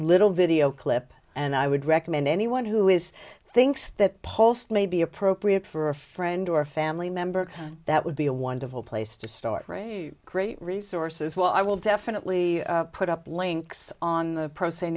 little video clip and i would recommend anyone who is thinks that post may be appropriate for a friend or family member that would be a wonderful place to start a great resource as well i will definitely put up links on the pro s